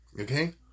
Okay